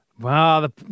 Wow